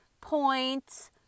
point